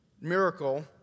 miracle